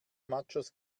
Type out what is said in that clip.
machos